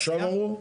שעכשיו אמרו?